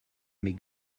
mais